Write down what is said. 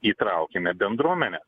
įtraukime bendruomenę